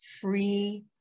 free